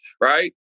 Right